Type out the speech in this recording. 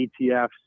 ETFs